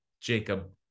Jacob